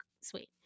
sweet